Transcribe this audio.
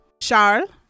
Charles